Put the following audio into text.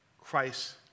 Christ